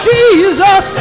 Jesus